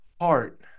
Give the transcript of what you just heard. heart